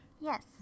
Yes